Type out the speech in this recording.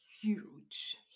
huge